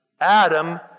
Adam